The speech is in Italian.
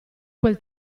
quel